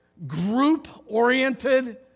Group-oriented